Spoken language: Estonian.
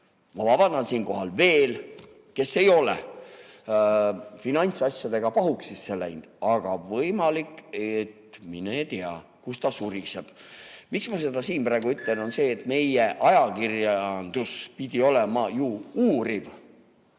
Ma vabandan siinkohal: kes veel ei ole finantsasjadega pahuksisse läinud, aga võimalik, et ... Mine tea, kus ta suriseb. Miks ma seda siin praegu ütlen? Meie ajakirjandus pidi olema ju uuriv,